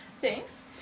Thanks